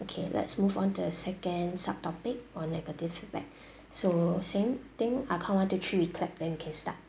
okay let's move on to the second sub-topic on negative feedback so same thing I count one two three we clap then we can start